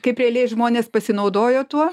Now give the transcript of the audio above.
kaip realiai žmonės pasinaudojo tuo